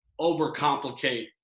overcomplicate